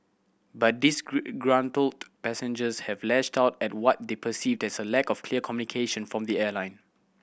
but disgruntled passengers have lashed out at what they perceived as a lack of clear communication from the airline